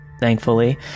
Thankfully